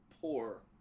poor